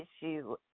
issue